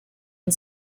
and